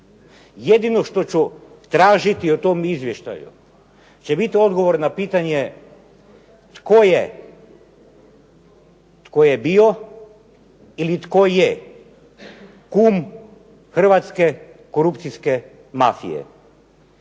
jedino što ću tražiti o tom izvještaju će bit odgovor na pitanje tko je bio ili tko je kum hrvatske korupcijske mafije.